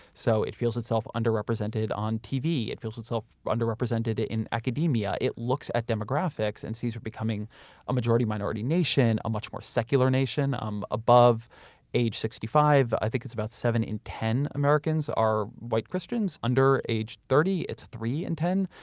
so it feels itself underrepresented on tv. it feels itself underrepresented ah in academia. it looks at demographics and sees we're becoming a majority minority nation, a much more secular nation. um above age sixty five, i think it's about seven in ten americans are white christians. under age thirty it's three in and ten.